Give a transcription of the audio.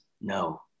No